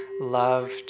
loved